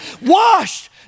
washed